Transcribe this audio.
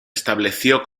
estableció